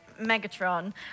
Megatron